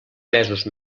mesos